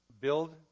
Build